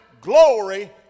glory